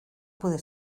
puede